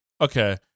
Okay